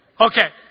Okay